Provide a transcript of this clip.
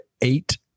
eight